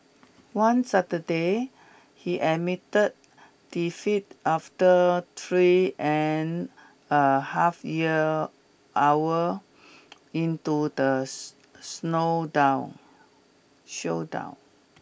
one Saturday he admitted defeat after three and a half year hour into the slow down showdown